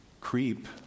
creep